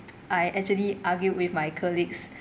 I actually argued with my colleagues